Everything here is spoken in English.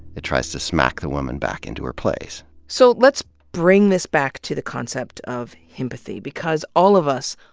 it tries to smack the woman back into her place. so let's bring this back to the concept of himpathy. because all of us,